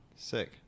Sick